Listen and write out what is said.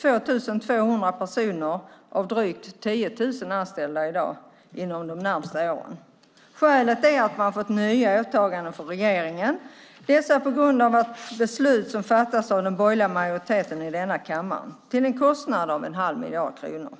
2 200 personer av drygt 10 0000 anställda i dag inom de närmaste åren. Skälet är att man har fått nya åtaganden från regeringen, dessa efter beslut som fattats av den borgerliga majoriteten i denna kammare, till en kostnad av en halv miljard kronor.